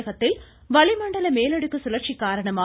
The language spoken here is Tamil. தமிழகத்தில் வளிமண்டல மேலடுக்கு சுழற்சி காரணமாக